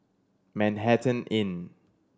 Manhattan Inn